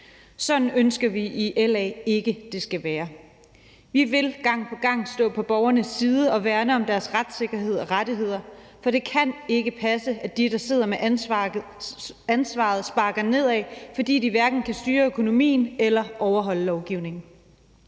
Sådan ønsker vi i LA ikke det skal være. Vi vil gang på gang stå på borgernes side og værne om deres retssikkerhed og rettigheder, for det kan ikke passe, at de, der sidder med ansvaret, sparker nedad, fordi de hverken kan styre økonomien eller overholde lovgivningen.